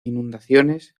inundaciones